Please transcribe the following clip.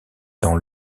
dans